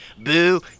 Boo